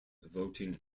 voting